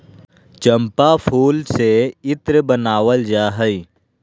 चम्पा फूल से इत्र बनावल जा हइ